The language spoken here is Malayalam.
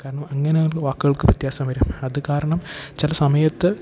കാരണം അങ്ങനെയുള്ള വാക്കുകൾക്കു വ്യത്യാസം വരും അതു കാരണം ചില സമയത്ത്